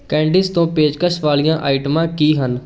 candies ਤੋਂ ਪੇਸ਼ਕਸ਼ ਵਾਲੀਆਂ ਆਈਟਮਾਂ ਕੀ ਹਨ